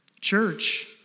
Church